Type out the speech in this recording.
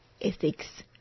Ethics